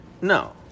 No